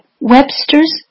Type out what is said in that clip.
Webster's